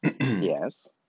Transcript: Yes